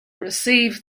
receive